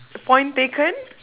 point taken